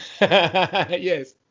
yes